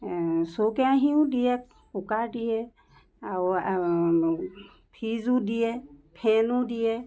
চৰু কেৰাহিও দিয়ে কুকাৰ দিয়ে আৰু ফ্ৰিজো দিয়ে ফেনো দিয়ে